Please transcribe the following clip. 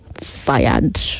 fired